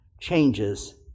changes